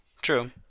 True